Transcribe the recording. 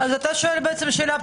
למשל?